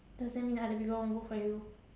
doesn't mean other people won't vote for you